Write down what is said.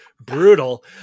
Brutal